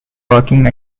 working